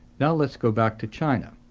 now let's go back to china.